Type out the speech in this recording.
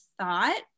thought